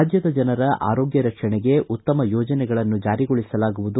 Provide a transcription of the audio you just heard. ರಾಜ್ಯದ ಜನರ ಆರೋಗ್ಯ ರಕ್ಷಣೆಗೆ ಉತ್ತಮ ಯೋಜನೆಗಳನ್ನು ಜಾರಿಗೊಳಿಸಲಾಗುವುದು